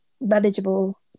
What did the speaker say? manageable